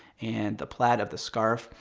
and the plaid of the scarf.